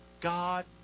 God